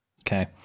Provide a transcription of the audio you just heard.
okay